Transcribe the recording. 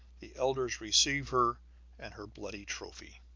the elders receive her and her bloody trophy.